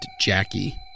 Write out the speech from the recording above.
Jackie